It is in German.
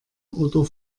oder